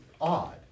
odd